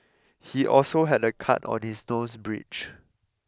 he also had a cut on his nose bridge